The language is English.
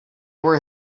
were